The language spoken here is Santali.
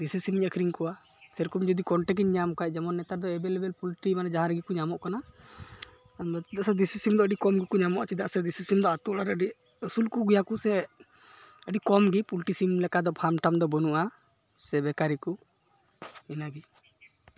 ᱫᱮᱥᱤ ᱥᱤᱢᱤᱧ ᱟᱹᱠᱷᱨᱤᱧ ᱠᱚᱣᱟ ᱥᱮᱨᱚᱠᱚᱢ ᱡᱚᱫᱤ ᱠᱚᱱᱴᱮᱠᱤᱧ ᱧᱟᱢ ᱠᱷᱟᱡ ᱡᱮᱢᱚᱱ ᱱᱮᱛᱟᱨᱫᱚ ᱮᱵᱮᱞᱮᱵᱮᱞ ᱯᱩᱞᱴᱤ ᱢᱟᱱᱮ ᱡᱟᱦᱟᱸ ᱨᱮᱜᱮᱠᱚ ᱧᱟᱢᱚᱜ ᱠᱟᱱᱟ ᱪᱮᱫᱟᱜ ᱥᱮ ᱫᱮᱥᱤ ᱥᱤᱢᱫᱚ ᱟᱹᱰᱤ ᱠᱚᱢ ᱜᱮᱠᱚ ᱧᱟᱢᱚᱜᱼᱟ ᱪᱮᱫᱟᱜ ᱥᱮ ᱫᱮᱥᱤ ᱥᱤᱢᱫᱚ ᱟᱛᱳᱼᱚᱲᱟᱜᱨᱮ ᱟᱹᱰᱤ ᱟᱹᱥᱩᱞᱠᱚ ᱜᱮᱭᱟᱠᱚ ᱥᱮ ᱟᱹᱰᱤ ᱠᱚᱢᱜᱮ ᱯᱩᱞᱴᱤ ᱥᱤᱢ ᱞᱮᱠᱟᱫᱚ ᱯᱷᱟᱨᱢᱼᱴᱟᱨᱢ ᱫᱚ ᱵᱟᱹᱱᱩᱜᱼᱟ ᱥᱮ ᱵᱮᱠᱟᱨᱤᱠᱚ ᱤᱱᱟᱹᱜᱮ